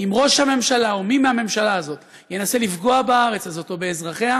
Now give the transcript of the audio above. אם ראש הממשלה או מי מהממשלה הזאת ינסה לפגוע בארץ הזאת או באזרחיה,